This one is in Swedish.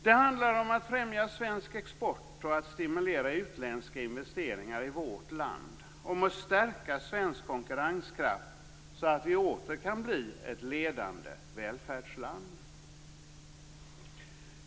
Det handlar om att främja svensk export och om att stimulera utländska investeringar i vårt land, om att stärka svensk konkurrenskraft så att vi åter kan bli ett ledande välfärdsland.